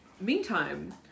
Meantime